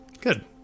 good